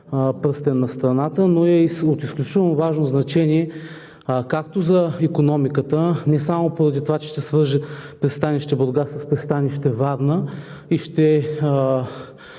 пръстен на страната, но е и от изключително важно значение за икономиката не само поради това, че ще свърже пристанище „Бургас“ с пристанище „Варна“ и ще